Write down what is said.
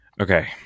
Okay